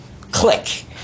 click